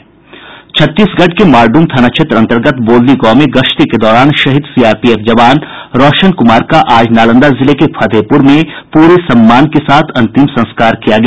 छत्तीसगढ़ के मारडूम थाना क्षेत्र अंतर्गत बोदली गांव में गश्ती के दौरान शहीद सीआरपीएफ जवान रौशन कुमार का आज नालंदा जिले के फतेहपुर में पूरे सम्मान के साथ अंतिम संस्कार किया गया